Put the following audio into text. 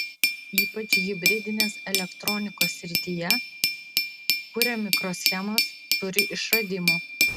ypač hibridinės elektronikos srityje kuria mikroschemas turi išradimų